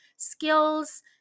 skills